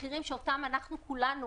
מחירים שאותם כולנו,